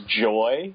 Joy